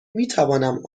میتوانم